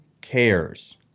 cares